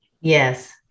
Yes